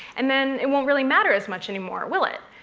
and then it won't really matter as much anymore, will it?